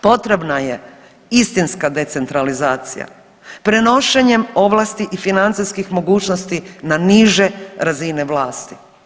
Potrebna je istinska decentralizacija prenošenjem ovlasti i financijskih mogućnosti na niže razine vlasti.